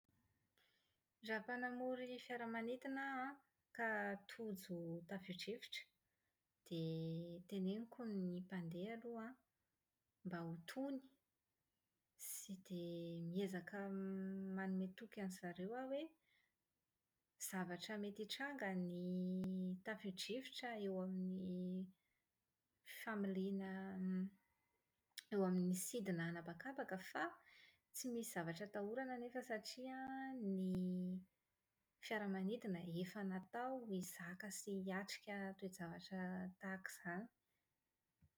Raha mpanamory fiaramanidina aho an, ka tojo tafiodrivotra, dia teneniko ny mpandeha aloha an, mba ho tony, sy dia miezaka manome toky andry zareo aho hoe, zavatra mety hitranga ny tafiodrivotra eo amin'ny familiana > eo amin'ny sidina an'habakabaka fa tsy misy zavatra atahorana anefa satria an ny fiaramanidina efa natao hizaka sy hiatrika toejavatra tahaka izany.